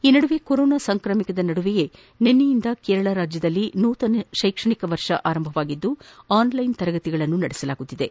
ಈ ನಡುವೆ ಕೊರೋನಾ ಸಾಂಕ್ರಾಮಿಕದ ನಡುವೆಯೇ ನಿನ್ನೆಯಿಂದ ಕೇರಳದಲ್ಲಿ ನೂತನ ಕೈಕ್ಷಣಿಕ ವರ್ಷ ಆರಂಭವಾಗಿದ್ದು ಆನ್ಲೈನ್ ತರಗತಿಗಳು ನಡೆಯುತ್ತಿವೆ